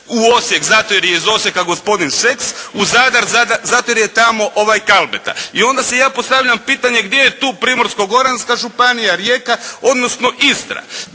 U Osijek zato jer je iz Osijeka gospodin Šeks. U Zadar, jer je tamo Kalmeta. I onda si ja postavljam pitanje gdje je tu Primorsko-goranska županija, Rijeka, odnosno Istra.